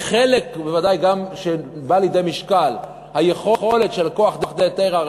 אצל חלק בוודאי גם בא לידי משקל היכולת של הכוח דהיתרא.